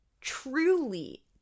truly